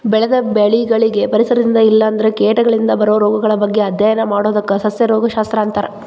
ಬೆಳೆದ ಬೆಳಿಗಳಿಗೆ ಪರಿಸರದಿಂದ ಇಲ್ಲಂದ್ರ ಕೇಟಗಳಿಂದ ಬರೋ ರೋಗಗಳ ಬಗ್ಗೆ ಅಧ್ಯಯನ ಮಾಡೋದಕ್ಕ ಸಸ್ಯ ರೋಗ ಶಸ್ತ್ರ ಅಂತಾರ